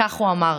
כך הוא אמר: